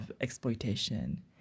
exploitation